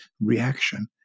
reaction